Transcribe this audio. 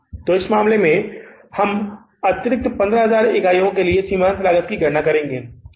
तो इस मामले में हम अतिरिक्त 15000 इकाइयों के लिए सीमांत लागत की गणना करेंगे